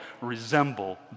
resemble